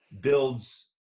builds